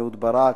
אהוד ברק,